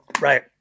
Right